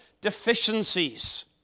deficiencies